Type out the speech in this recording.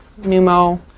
pneumo